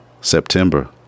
September